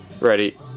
ready